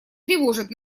тревожат